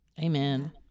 Amen